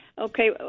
Okay